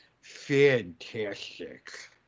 fantastic